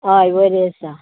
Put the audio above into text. हय बरें आसा